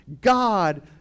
God